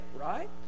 right